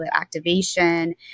activation